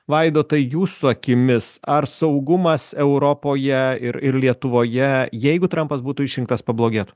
vaidotai jūsų akimis ar saugumas europoje ir ir lietuvoje jeigu trampas būtų išrinktas pablogėtų